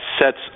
sets